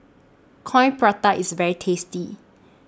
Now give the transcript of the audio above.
Coin Prata IS very tasty